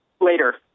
Later